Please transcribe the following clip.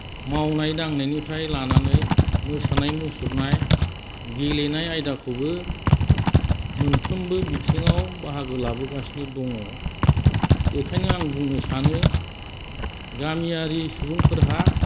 मावनाय दांनायनिफ्राय लानानै मोसानाय मुसुरनाय गेलेनाय आयदाखौबो मोनफ्रोमबो बिथिंआव बाहागो लाबोगासिनो दङ बेखायनो आं बुंनो सानो गामियारि सुबुंफोरहा